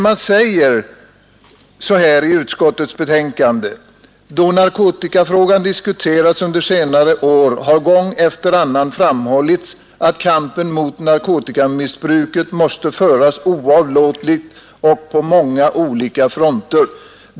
Man skriver i utskottets betänkande bl.a. följande: ”Då narkotikafrågan diskuterats under senare år har gång efter annan framhållits att kampen mot narkotikamissbruket måste föras oavlåtligt och på många olika fronter.